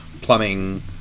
plumbing